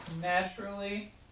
naturally